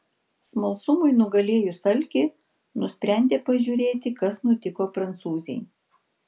smalsumui nugalėjus alkį nusprendė pažiūrėti kas nutiko prancūzei